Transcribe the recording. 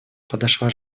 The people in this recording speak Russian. подошла